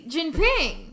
Jinping